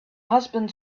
husband